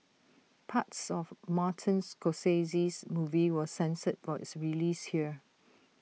parts of Martin's Scorsese's movie was censored for its release here